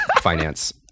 finance